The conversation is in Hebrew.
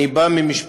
אני בא ממשפחה